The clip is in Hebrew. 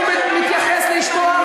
הוא מתייחס לאשתו,